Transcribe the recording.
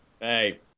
Hey